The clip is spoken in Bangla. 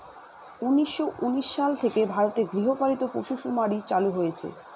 উনিশশো উনিশ সাল থেকে ভারতে গৃহপালিত পশুসুমারী চালু হয়েছে